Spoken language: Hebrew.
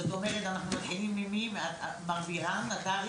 אנחנו עוסקים בהכשרה מקצועית מזה כ-25